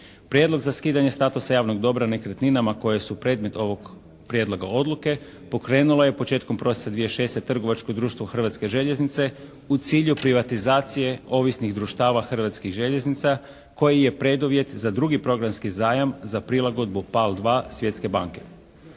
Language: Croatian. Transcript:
Prijedlog za skidanje statusa javnog dobra nekretninama koje su predmet ovog prijedloga odluke pokrenulo je početkom prosinca 2006. trgovačko društvo Hrvatske željeznice u cilju privatizacije ovisnih društava Hrvatskih željeznica koji je preduvjet za drugi programski zajam za prilagodbu PAL2 Svjetske banke.